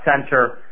Center